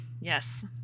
yes